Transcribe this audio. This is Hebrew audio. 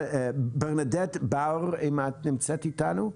ברנדט, אם את נמצאת איתנו,